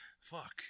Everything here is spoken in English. Fuck